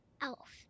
elf